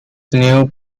new